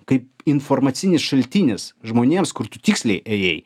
kai informacinis šaltinis žmonėms kur tu tiksliai ėjai